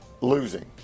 losing